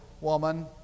woman